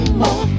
more